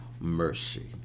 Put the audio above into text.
mercy